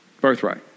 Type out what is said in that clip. Birthright